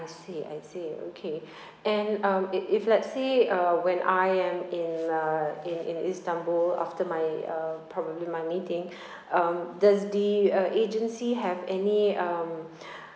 I see I see okay and um it if let's say uh when I am in uh in in istanbul after my uh probably my meeting um does the uh agency have any um